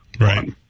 Right